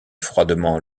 froidement